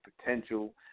potential